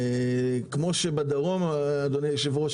וכמו שבדרום אדוני היו"ר,